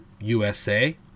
USA